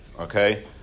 okay